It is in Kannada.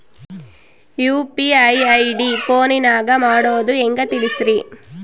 ಯು.ಪಿ.ಐ ಐ.ಡಿ ಫೋನಿನಾಗ ಮಾಡೋದು ಹೆಂಗ ತಿಳಿಸ್ರಿ?